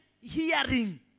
hearing